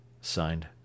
Signed